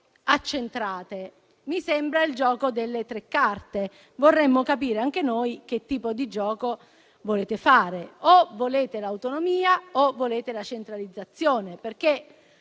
Mi sembra il gioco delle tre carte. Vorremmo capire anche noi che tipo di gioco volete fare; o volete l'autonomia o la centralizzazione.